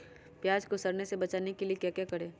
प्याज को सड़ने से बचाने के लिए क्या करें?